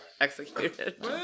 executed